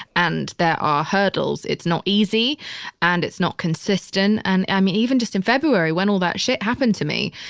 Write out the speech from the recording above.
and there are hurdles. it's not easy and it's not consistent. and i mean, even just in february when all that shit happened to me,